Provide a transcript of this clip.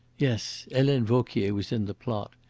yes, helene vauquier was in the plot.